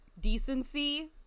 decency